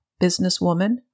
businesswoman